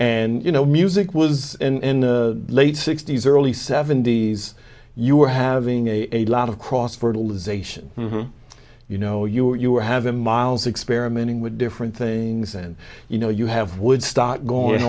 and you know music was in the late sixty's early seventy's you were having a lot of cross fertilization you know you are having miles experimenting with different things and you know you have woodstock going